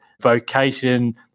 vocation